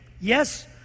yes